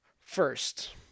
First